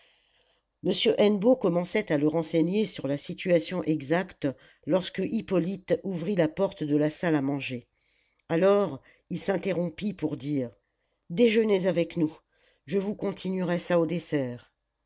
hennebeau commençait à le renseigner sur la situation exacte lorsque hippolyte ouvrit la porte de la salle à manger alors il s'interrompit pour dire déjeunez avec nous je vous continuerai ça au dessert